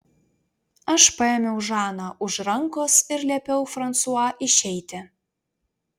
aš paėmiau žaną už rankos ir liepiau fransua išeiti